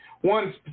one